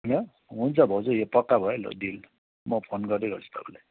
ल हुन्छ भाउजू पक्का भयो त अस्ति म फोन गर्दै गर्छु तपाईँलाई